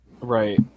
Right